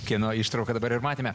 kieno ištrauką dabar ir matėme